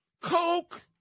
coke